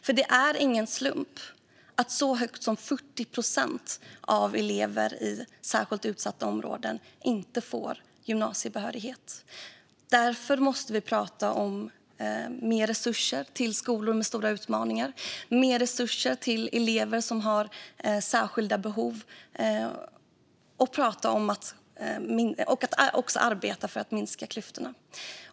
Det är nämligen ingen slump att så mycket som 40 procent av eleverna i särskilt utsatta områden inte får gymnasiebehörighet. Därför måste vi prata om mer resurser till skolor med stora utmaningar och mer resurser till elever som har särskilda behov. Vi måste också arbeta för att minska klyftorna.